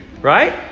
right